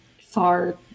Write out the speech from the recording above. far